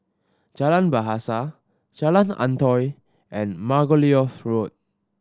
Jalan Bahasa Jalan Antoi and Margoliouth Road